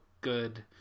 good